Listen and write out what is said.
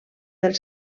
del